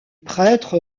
prêtre